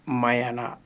mayana